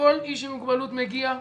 שכל איש עם מוגבלות מגיע,